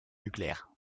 nucléaire